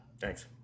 Thanks